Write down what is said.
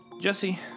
Jesse